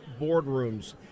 boardrooms